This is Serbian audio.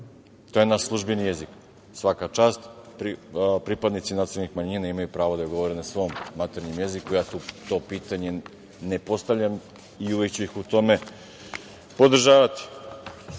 To je naš službeni jezik. Svaka čast, pripadnici nacionalnih manjina imaju pravo da govore na svom maternjem jeziku, ja to pitanje ne postavljam i uvek ću ih u tome podržavati.Zašto